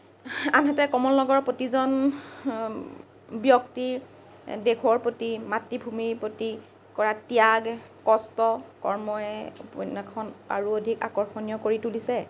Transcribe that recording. আনহাতে কমলনগৰৰ প্ৰতিজন ব্যক্তিৰ দেশৰ প্ৰতি মাতৃভূমিৰ প্ৰতি কৰা ত্যাগ কষ্ট কৰ্মই উপন্যাসখন আৰু অধিক আকৰ্ষনীয় কৰি তুলিছে